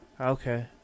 Okay